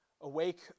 awake